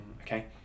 Okay